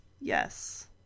yes